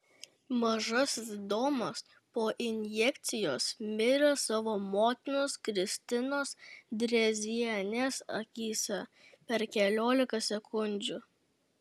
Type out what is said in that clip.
mažasis domas po injekcijos mirė savo motinos kristinos drėzienės akyse per keliolika sekundžių